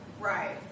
Right